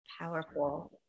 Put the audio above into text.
powerful